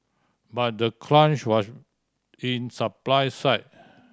but the crunch was in supply side